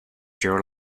your